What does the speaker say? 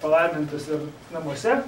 palaimintas ir namuose